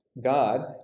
God